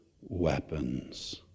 weapons